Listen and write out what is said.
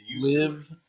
live